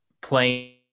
playing